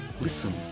Listen